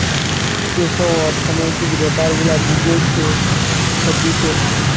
যেই সব অর্থনৈতিক বেপার গুলা বিদেশে হতিছে